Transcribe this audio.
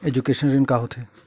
Education ऋण का होथे?